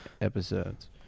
episodes